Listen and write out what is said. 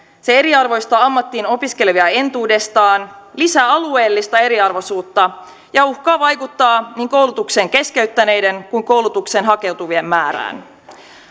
se eriarvoistaa ammattiin opiskelevia entuudestaan lisää alueellista eriarvoisuutta ja uhkaa vaikuttaa niin koulutuksen keskeyttäneiden kuin koulutukseen hakeutuvien määrään